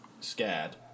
scared